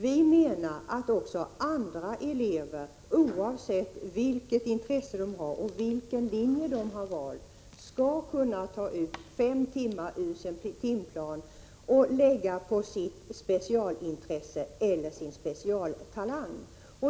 Vi menar att också andra elever, oavsett vilket intresse de har och vilken linje de har valt, skall kunna ta ut fem timmar ur sin timplan och lägga på sitt specialintresse eller sin specialtalang.